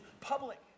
public